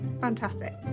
Fantastic